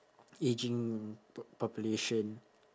ageing po~ population